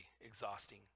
exhausting